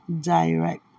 direct